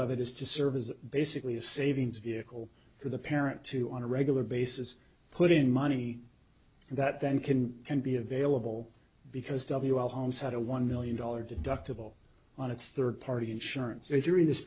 of it is to serve as basically a savings vehicle for the parent to on a regular basis put in money that then can can be available because w l holmes had a one million dollars deductible on its third party insurance